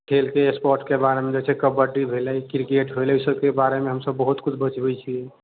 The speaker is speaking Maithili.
खेलके स्पोर्ट्स के बारेमे जे छै कबड्डी भेले क्रिकेट भेले अहिसबके बारेमे हमसब बहुतकिछु बतबै छियै